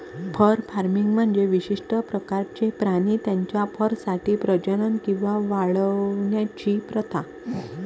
fur farming म्हणजे विशिष्ट प्रकारचे प्राणी त्यांच्या फरसाठी प्रजनन किंवा वाढवण्याची प्रथा